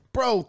Bro